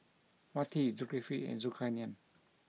Wati Zulkifli and Zulkarnain